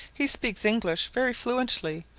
he speaks english very fluently,